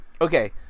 okay